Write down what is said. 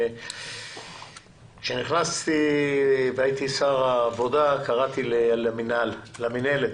כשנכנסתי והייתי שר עבודה, קראתי למנהלת.